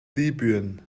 libyen